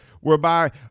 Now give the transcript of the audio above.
whereby